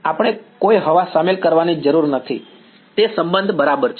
અમારે કોઈ હવા શામેલ કરવાની જરૂર નથી તે સંબંધ બરાબર છે